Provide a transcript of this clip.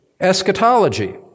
eschatology